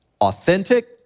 authentic